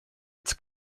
its